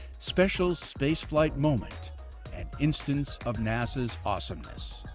special spaceflight moment and instance of nasa awesomeness,